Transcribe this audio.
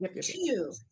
Two